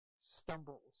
stumbles